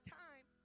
time